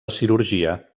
cirurgia